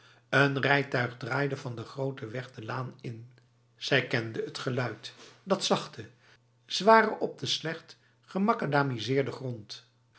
een rijtuig draaide van de grote weg de laan in zij kende t geluid dat zachte zware op de slecht gemacadamiseerde grond